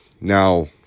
now